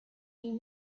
you